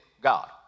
God